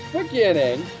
beginning